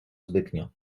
zbytnio